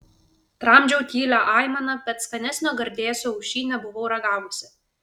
tramdžiau tylią aimaną bet skanesnio gardėsio už šį nebuvau ragavusi